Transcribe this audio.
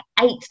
eight